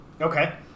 Okay